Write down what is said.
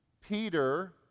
Peter